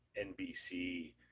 NBC